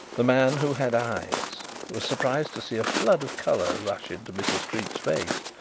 the man who had eyes was surprised to see a flood of colour rush into mrs. creake's face.